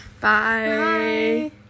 Bye